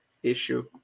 issue